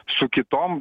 su kitom